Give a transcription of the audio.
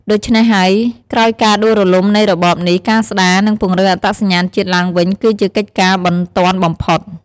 ដូច្នេះហើយ ក្រោយការដួលរលំនៃរបបនេះ ការស្ដារ និងពង្រឹងអត្តសញ្ញាណជាតិឡើងវិញគឺជាកិច្ចការបន្ទាន់បំផុត។